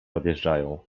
odjeżdżają